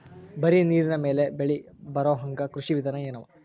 ಬರೀ ನೀರಿನ ಮೇಲೆ ಬೆಳಿ ಬರೊಹಂಗ ಕೃಷಿ ವಿಧಾನ ಎನವ?